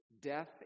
death